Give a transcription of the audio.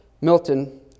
Milton